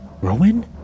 rowan